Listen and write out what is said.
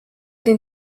den